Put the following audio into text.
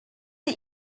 sie